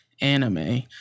anime